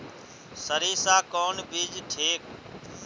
सरीसा कौन बीज ठिक?